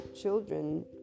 children